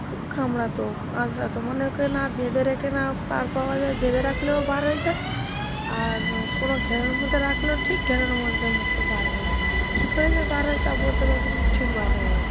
খুব কামড়াত আঁচড়াত মানে ওকে না বেঁধে রেখে না পার পাওয়া যায় বেঁধে রাখলেও বার হয়ে যায় আর কোনো ঘেরার মধ্যে রাখলেও ঠিক ঘেরার মধ্যে মুখটা বার হয়ে যায় কী করে যে বার হয় তা বলতে পারব না ঠিক বার হয়ে যাবে